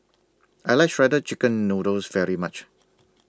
I like Shredded Chicken Noodles very much